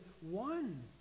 one